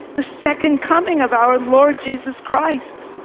the second coming of our lord jesus christ.